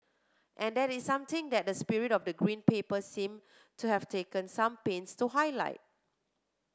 and this is something that the spirit of the Green Paper seem to have taken some pains to highlight